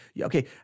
okay